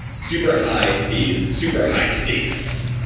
super high speed. super high stakes.